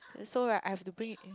so right I have to bring a